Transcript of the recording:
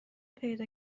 پیدا